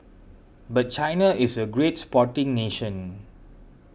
but China is a great sporting nation